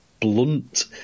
blunt